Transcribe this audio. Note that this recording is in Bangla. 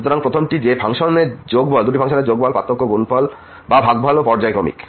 সুতরাং প্রথমটি যে দুটি ফাংশনের যোগফল পার্থক্য গুণ বা ভাগফলও পর্যায়ক্রমিক